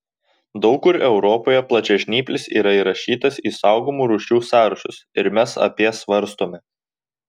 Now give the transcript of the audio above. daug kur europoje plačiažnyplis yra įrašytas į saugomų rūšių sąrašus ir mes apie svarstome